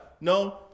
no